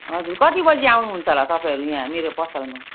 हजुर कति बजे आउनुहुन्छ होला तपाईँहरू यहाँ मेरो पसलमा